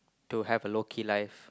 to have a low key life